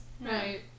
Right